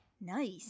Nice